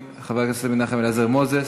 חבר הכנסת דב חנין, חבר הכנסת מנחם אליעזר מוזס,